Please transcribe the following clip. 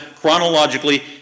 chronologically